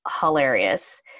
hilarious